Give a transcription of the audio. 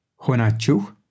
honachu